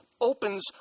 opens